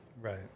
Right